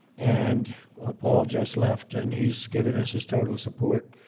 and paul just left and he's given us his total support.